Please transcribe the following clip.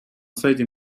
сайті